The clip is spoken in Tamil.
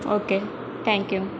ஓகே தேங்க்யூங்க